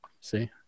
See